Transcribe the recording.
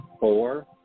four